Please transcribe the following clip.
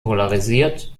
polarisiert